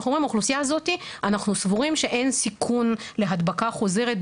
אנחנו אומרים שלאוכלוסייה הזאת אנחנו סבורים שאין סיכון להדבקה חוזרת,